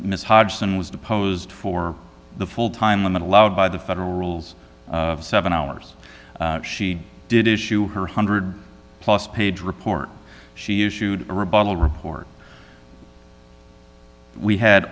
miss hodgson was deposed for the full time limit allowed by the federal rules of seven hours she did issue her one hundred plus page report she issued a rebuttal report we had